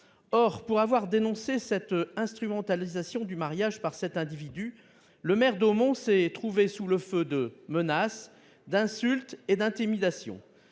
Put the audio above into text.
Or, pour avoir dénoncé cette instrumentalisation du mariage par cet individu, le maire d'Hautmont s'est trouvé sous le feu de menaces, d'insultes et d'intimidations.